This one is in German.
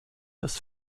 des